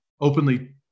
openly